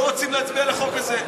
לא רוצים להצביע על החוק הזה.